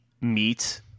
meet